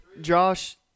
Josh